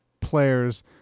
players